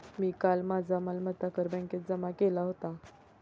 मी काल माझा मालमत्ता कर बँकेत जमा केला होता